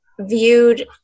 viewed